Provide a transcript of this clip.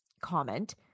comment